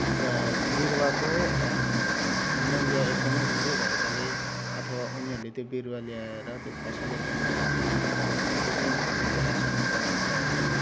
च बिरुवाको मूल्य एकदमै धेरै भएकाले अथवा उनीहरूले त्यो बिरुवा ल्याएर त्यो फसल उब्जाउन सक्दैन र विभिन्न किसिमको रासायनिक पदार्थहरू